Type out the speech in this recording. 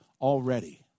already